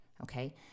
okay